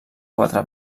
quatre